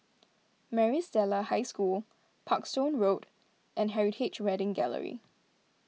Maris Stella High School Parkstone Road and Heritage Wedding Gallery